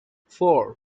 four